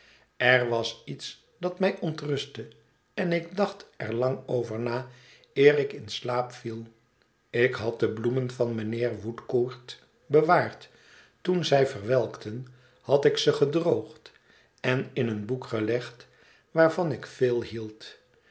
er was iets dat mij ontrustte en ik dacht er lang over na eer ik in slaap viel ik had de bloemen van mijnheer woodcourt bewaard toen zij verwelkten had ik ze gedroogd en in een boek gelegd waarvan ik veel hield